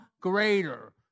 greater